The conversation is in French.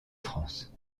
france